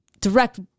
direct